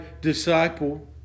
disciple